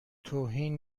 توهین